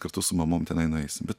kartu su mamom tenai nueisim bet